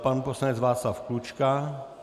Pan poslanec Václav Klučka.